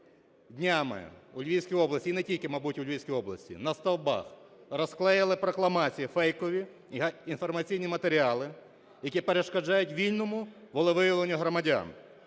Днями у львівській област, і не тільки, мабуть, у Львівській області на стовпах розклеїли прокламації фейкові – інформаційні матеріали, які перешкоджають вільному волевиявленню громадян.